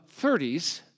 30s